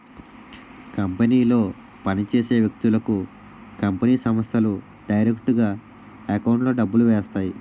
కంపెనీలో పని చేసే వ్యక్తులకు కంపెనీ సంస్థలు డైరెక్టుగా ఎకౌంట్లో డబ్బులు వేస్తాయి